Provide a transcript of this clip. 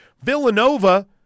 Villanova